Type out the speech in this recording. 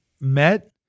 met